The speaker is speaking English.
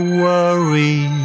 worry